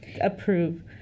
approve